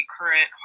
current